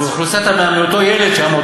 אותו ילד שם,